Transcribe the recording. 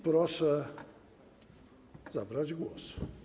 Proszę zabrać głos.